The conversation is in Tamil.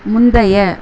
முந்தைய